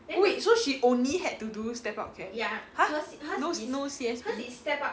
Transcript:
wait so she only had to do step up camp !huh! hers no C_S_P